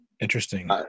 interesting